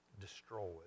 destroyed